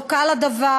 לא קל הדבר.